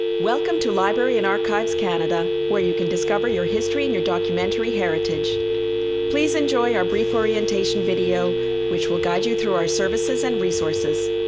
welcome to library and archives canada. where you can discover your history in your documentary heritage please enjoy our brief orientation video which will guide you through our services and resources